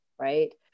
right